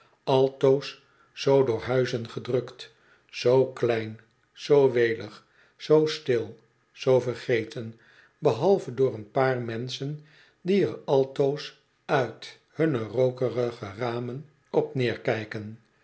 altoos zoo door huizen gedrukt zoo klein zoo welig zoo stil zoo vergeten behalve door een paar menschen die er altoos uit hunne rookerige ramen